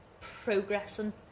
progressing